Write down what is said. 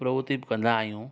प्रवति बि कंदा आहियूं